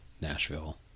Nashville